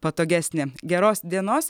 patogesnė geros dienos